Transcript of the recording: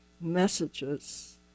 messages